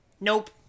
Nope